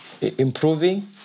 improving